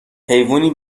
حیوونی